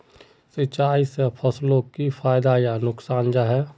सिंचाई से फसलोक की फायदा या नुकसान जाहा?